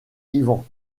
yvan